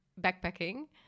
backpacking